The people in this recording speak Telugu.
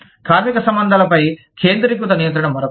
కార్మిక సంబంధాలపై కేంద్రీకృత నియంత్రణ మరొకటి